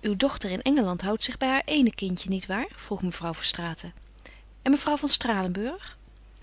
uw dochter in engeland houdt zich bij haar éene kindje niet waar vroeg mevrouw verstraeten en mevrouw van stralenburg